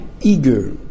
eager